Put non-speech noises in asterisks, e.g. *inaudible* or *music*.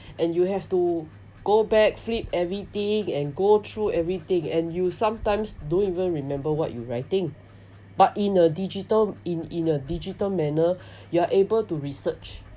and you have to go back flip everything and go through everything and you sometimes don't even remember what you writing but in a digital in in a digital manner *breath* you're able to research